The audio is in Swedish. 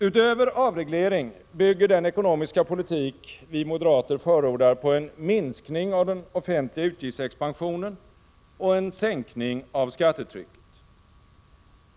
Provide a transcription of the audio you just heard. Utöver avreglering bygger den ekonomiska politik vi moderater förordar på en minskning av den offentliga utgiftsexpansionen och en sänkning av skattetrycket.